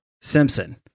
Simpson